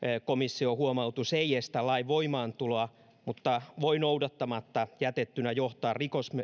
komission huomautus ei estä lain voimaantuloa mutta voi noudattamatta jätettynä johtaa